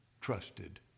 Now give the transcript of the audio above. trusted